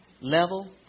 level